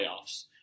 playoffs